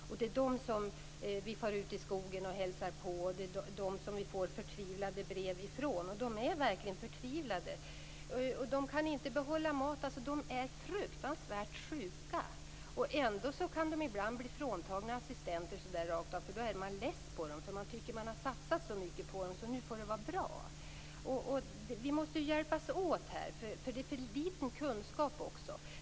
Det är dessa kvinnor som vi far ut i skogen och hälsar på, och det är från dem som vi får förtvivlade brev från. De är verkligen förtvivlade. De kan inte behålla maten, och de är fruktansvärt sjuka. Ändå kan de ibland bli fråntagna sina assistenter, eftersom man är less på dem. Man tycker att så mycket har satsats på dem att det nu får vara bra. Vi måste hjälpas åt i detta sammanhang. Det finns för liten kunskap också.